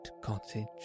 cottage